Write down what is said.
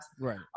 Right